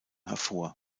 hervor